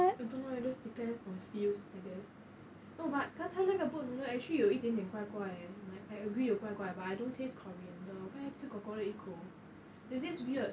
I don't know it just depends on feels I guess no but 刚才那个 boat noodle actually 有一点点怪怪耶 like I agree 有怪怪 but I don't taste coriander 我刚才吃哥哥的一口 there is this weird